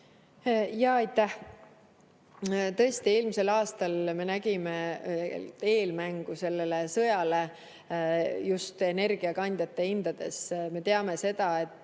Aitäh! Tõesti, eelmisel aastal me nägime eelmängu sellele sõjale just energiakandjate hindades. Me teame, et